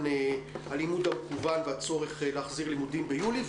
הלימוד המקוון והצורך להחזיר לימודים ביולי,